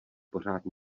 pořád